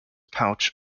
pouch